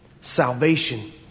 salvation